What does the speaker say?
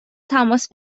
تماس